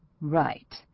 Right